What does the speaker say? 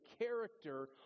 character